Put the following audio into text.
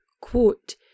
quote